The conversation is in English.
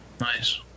nice